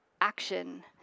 action